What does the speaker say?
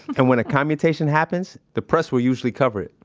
and when a commutation happens, the press will usually cover it,